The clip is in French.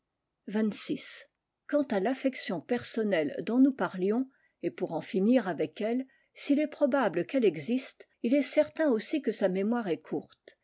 xxvi quant à taffection personnelle dont nous parlions et pour en finir avec eile s il est probable quelle existe il est certain aussi que sa mémoire est courte